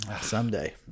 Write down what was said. someday